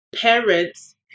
parents